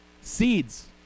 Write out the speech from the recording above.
Seeds